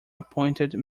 appointed